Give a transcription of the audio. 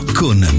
con